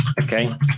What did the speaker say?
okay